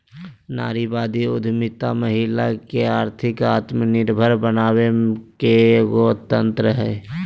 नारीवादी उद्यमितामहिला के आर्थिक आत्मनिर्भरता बनाबे के एगो तंत्र हइ